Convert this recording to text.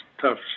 tough